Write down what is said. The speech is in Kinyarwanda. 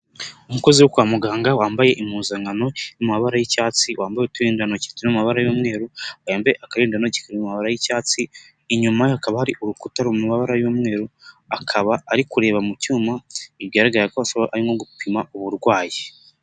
Umukozi wo kwa muganga, wambaye impuzankano iri mu mabara y'icyatsi, wambaye uturindantoki turi mu mabara y'umweru, yambaye akarindantoki kari mu mabara y'icyatsi, inyuma hakaba hari urukuta ruri mu mabara y'umweru, akaba ari kureba mu cyuma, bigaragara ko ashobora kuba arimo gupima uburwayi.